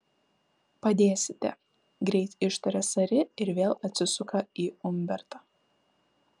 padėsite greit ištaria sari ir vėl atsisuka į umbertą